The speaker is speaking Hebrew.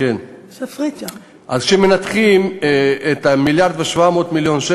אז כשמנתחים את 1.7 המיליארד,